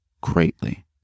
greatly